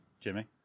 Jimmy